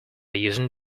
using